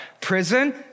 Prison